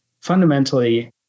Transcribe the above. fundamentally